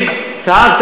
אתה כבר,